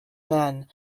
men